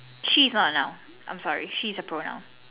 she is not a noun I am sorry she is a pronoun